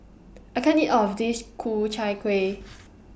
I can't eat All of This Ku Chai Kueh